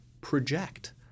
project